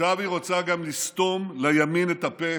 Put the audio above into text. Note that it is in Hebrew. עכשיו היא רוצה גם לסתום לימין את הפה